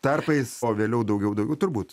tarpais o vėliau daugiau daugiau turbūt